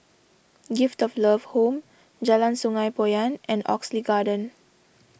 Gift of Love Home Jalan Sungei Poyan and Oxley Garden